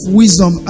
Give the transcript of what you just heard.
wisdom